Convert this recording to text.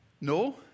no